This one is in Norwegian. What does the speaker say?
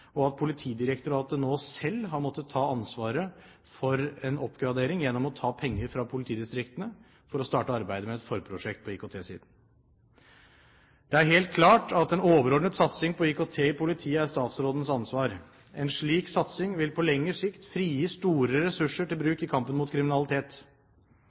og at Politidirektoratet nå selv har måttet ta ansvaret for en oppgradering, gjennom å ta penger fra politidistriktene for å starte arbeidet med et forprosjekt på IKT-siden. Det er helt klart at en overordnet satsing på IKT i politiet er statsrådens ansvar. En slik satsing vil på lengre sikt frigi store ressurser til